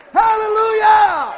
hallelujah